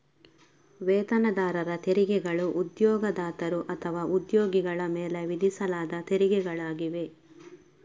ವೇತನದಾರರ ತೆರಿಗೆಗಳು ಉದ್ಯೋಗದಾತರು ಅಥವಾ ಉದ್ಯೋಗಿಗಳ ಮೇಲೆ ವಿಧಿಸಲಾದ ತೆರಿಗೆಗಳಾಗಿವೆ